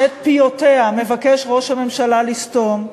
שאת פיותיה מבקש ראש הממשלה לסתום,